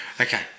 okay